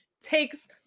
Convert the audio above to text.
takes